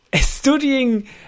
studying